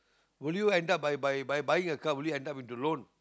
would you end up by by by buying a car or would you end up with a loan